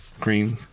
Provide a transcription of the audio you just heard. green